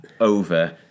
over